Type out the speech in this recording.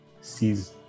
sees